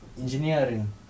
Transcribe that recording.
engineering